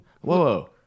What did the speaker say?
Whoa